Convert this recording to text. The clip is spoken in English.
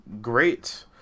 great